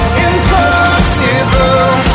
impossible